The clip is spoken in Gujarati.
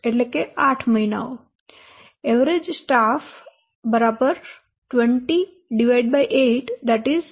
38 8 મહિનાઓ એવરેજ સ્ટાફ 20 8 2